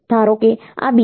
ધારો કે આ BC છે